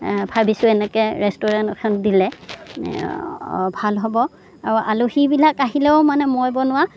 ভাবিছোঁ এনেকৈ ৰেষ্টুৰেণ্ট এখন দিলে ভাল হ'ব আৰু আলহীবিলাক আহিলেও মানে মই বনোৱা